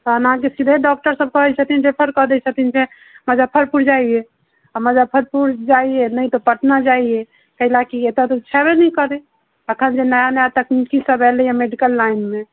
तहन आगे सीधे डॉक्टर सभ कहै छथिन जे रेफर कऽ दै छथिन जे मजफ्फरपुर जाइए आ मजफ्फरपुर जाइए नही तो पटना जाइए तै लए कि एतऽ तऽ छबे नहि करै अखन जे नया नया तकनीकी सभ एलैहँ मेडिकल लाइन मे